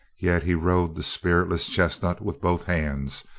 yet he rode the spiritless chestnut with both hands,